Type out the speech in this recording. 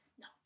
No